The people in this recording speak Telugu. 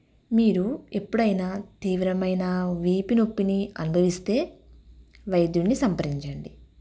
మీరు ఎప్పుడైనా తీవ్రమైన వీపు నొప్పిని అనుభవిస్తే వైద్యుని సంప్రదించండి